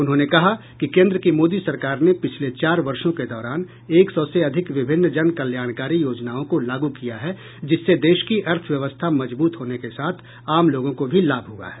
उन्होंने कहा कि केन्द्र की मोदी सरकार ने पिछले चार वर्षों के दौरान एक सौ से अधिक विभिन्न जन कल्याणकारी योजनाओं को लागू किया है जिससे देश की अर्थव्यवस्था मजबूत होने के साथ आम लोगों को भी लाभ हुआ है